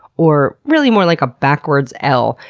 or really more like a backwards l,